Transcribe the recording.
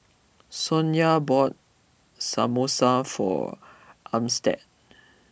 Sonya bought Samosa for Armstead